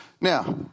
Now